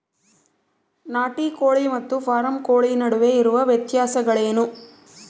ನಾಟಿ ಕೋಳಿ ಮತ್ತು ಫಾರಂ ಕೋಳಿ ನಡುವೆ ಇರುವ ವ್ಯತ್ಯಾಸಗಳೇನು?